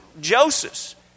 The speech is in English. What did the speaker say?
Joseph